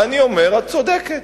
ואני אומר, את צודקת,